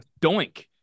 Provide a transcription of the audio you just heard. Doink